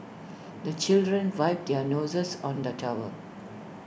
the children wipe their noses on the towel